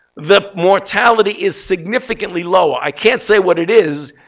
the mortality is significantly lower. i can't say what it is,